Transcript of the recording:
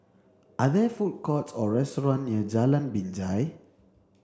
Are there food courts or restaurants near Jalan Binjai